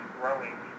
growing